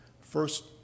first